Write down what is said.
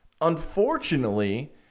Unfortunately